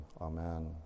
Amen